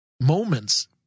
moments